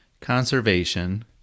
conservation